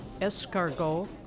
escargot